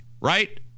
right